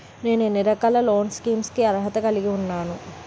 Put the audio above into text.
నేను ఎన్ని రకాల లోన్ స్కీమ్స్ కి అర్హత కలిగి ఉన్నాను?